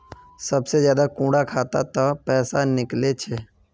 सबसे ज्यादा कुंडा खाता त पैसा निकले छे?